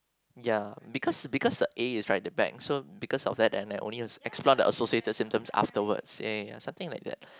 ya because because the A is right at the back so because of that so I only explore the associate symptom afterwards ya ya something like that